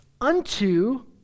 unto